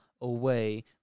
away